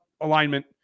alignment